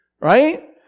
right